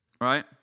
right